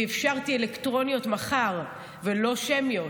ואפשרתי אלקטרוניות מחר ולא שמיות.